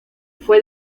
fue